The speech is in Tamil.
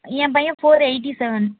ஏன் பையன் ஃபோர் எய்ட்டி செவன்